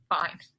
Fine